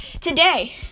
today